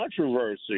controversy